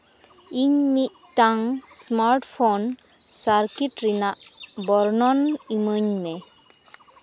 ᱤᱧ ᱢᱤᱫᱴᱟᱝ smart phone circuit ᱨᱮᱱᱟᱜ ᱵᱚᱨᱱᱚᱱ ᱤᱢᱟᱹᱧ ᱢᱮ